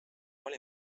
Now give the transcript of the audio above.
oli